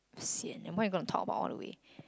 sian and what you going to talk about all the way